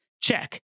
Check